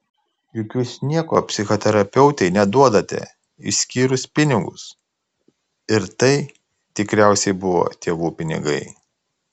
juk jūs nieko psichoterapeutei neduodate išskyrus pinigus ir tai tikriausiai buvo tėvų pinigai